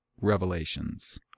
Revelations